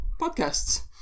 podcasts